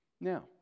now